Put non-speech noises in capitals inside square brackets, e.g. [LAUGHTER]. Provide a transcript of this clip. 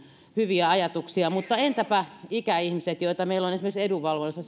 hyviä ajatuksia nuorille kouluun mutta entäpä ikäihmiset joita meillä on esimerkiksi edunvalvonnassa [UNINTELLIGIBLE]